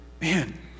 man